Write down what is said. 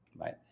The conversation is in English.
right